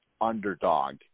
underdog